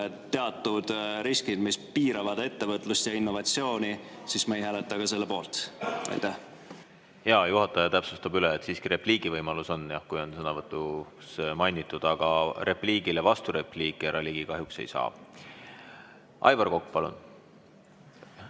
teatud riskid, mis piiravad ettevõtlust ja innovatsiooni, siis me ei hääleta ka selle poolt. Juhataja täpsustab üle, et siiski repliigivõimalus on, kui on sõnavõtus mainitud. Aga repliigile vasturepliiki härra Ligi kahjuks ei saa. Aivar Kokk, palun!